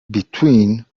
between